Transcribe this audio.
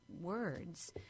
words